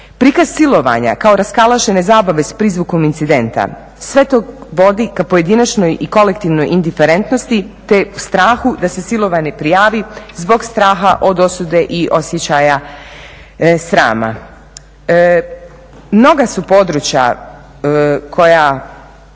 prikaz silovanja kao raskalašene zabave s prizvukom incidenta, sve to vodi ka pojedinačnoj i kolektivnoj indiferentnosti te strahu da se silovani prijavi zbog straha od osude i osjećaja srama. Mnoga su područja u kojima